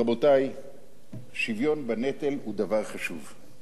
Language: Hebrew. רבותי, שוויון בנטל הוא דבר חשוב.